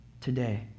today